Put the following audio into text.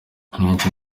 henshi